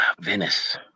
Venice